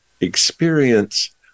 experience